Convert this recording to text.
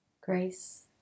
Grace